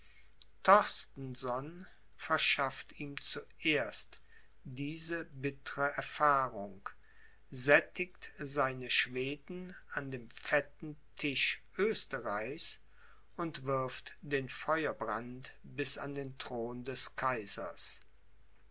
torstenson verschafft ihm zuerst diese bittre erfahrung sättigt seine schweden an dem fetten tisch oesterreichs und wirft den feuerbrand bis an den thron des kaisers